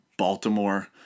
Baltimore